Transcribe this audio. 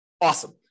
Awesome